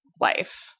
life